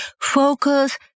Focus